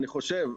אני חושב,